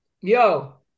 yo